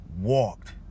walked